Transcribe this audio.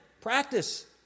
Practice